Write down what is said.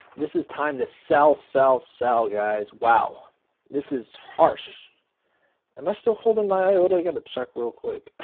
this is time to sell sell sell guys wow this is harsh am i still holding my eye, or do i gotta check real quick